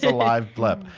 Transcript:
so live blip.